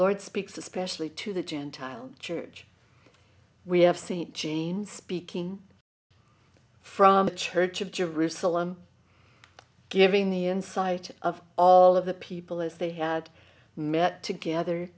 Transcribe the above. lord speaks especially to the gentile church we have st jean speaking from the church of jerusalem giving the insight of all of the people as they had met together